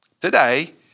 today